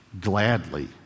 gladly